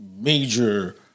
major